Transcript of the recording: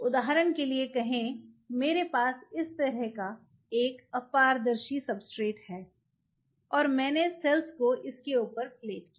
उदाहरण के लिए कहें मेरे पास इस तरह एक अपारदर्शी सब्सट्रेट है और मैंने सेल्स को इसके ऊपर प्लेट किया